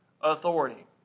authority